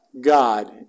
God